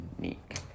unique